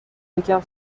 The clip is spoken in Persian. یکم